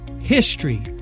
HISTORY